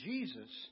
Jesus